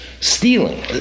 stealing